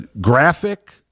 graphic